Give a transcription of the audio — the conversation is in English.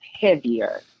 heavier